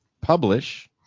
publish